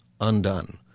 undone